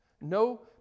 no